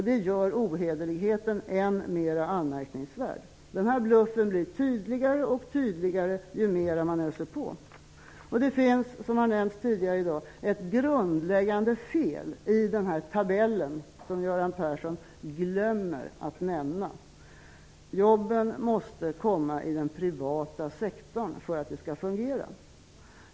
Det gör ohederligheten än mera anmärkningsvärd. Denna bluff blir tydligare och tydligare ju mer man öser på. Det finns, som har nämnts tidigare i dag, ett grundläggande fel i tabellen som Göran Persson ''glömmer'' att nämna. Jobben måste skapas i den privata sektorn för att det hela skall fungera.